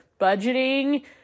Budgeting